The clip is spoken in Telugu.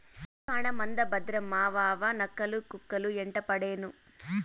రేయికాడ మంద భద్రం మావావా, నక్కలు, కుక్కలు యెంటపడేను